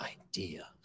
idea